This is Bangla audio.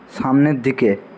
সামনের দিকে